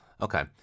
Okay